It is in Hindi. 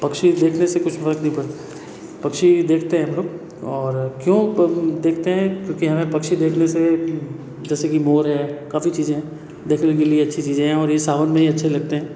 पक्षी देखने से कुछ फ़र्क नहीं पड़ता पक्षी देखते हैं हमलोग और क्यों प देखते है क्योंकि हमें पक्षी देखने से जैसे की मोर है काफ़ी चीज़ें है देखने के लिए अच्छी चीज़ें है और ये सावन में अच्छे लगते हैं